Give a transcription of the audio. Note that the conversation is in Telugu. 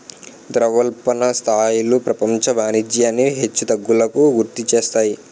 ద్రవ్యోల్బణ స్థాయిలు ప్రపంచ వాణిజ్యాన్ని హెచ్చు తగ్గులకు గురిచేస్తాయి